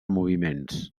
moviments